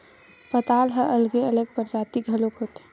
पताल ह अलगे अलगे परजाति घलोक होथे